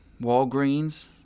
Walgreens